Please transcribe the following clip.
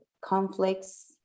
conflicts